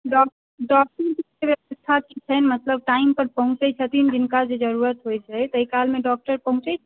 डॉक डॉक्टरके व्यवस्था की छै मतलब टाइमपर पहुँचैत छथिन जिनका जे जरूरत होइत छै ताहि कालमे डॉक्टर पहुँचैत छै